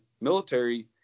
military